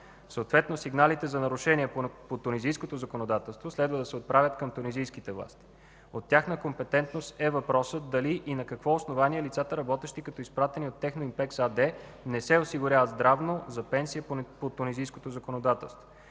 Съответно, сигналите за нарушения по тунизийското законодателство следва да се отправят към тунизийските власти. От тяхна компетентност е въпросът дали и на какво основание лицата, работещи като изпратени от „Техноимпекс” АД, не се осигуряват здравно и за пенсия по тунизийското законодателство.